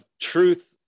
truth